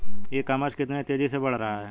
E commerce कितनी तेजी से बढ़ रहा है?